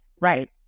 Right